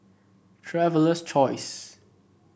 Traveler's Choice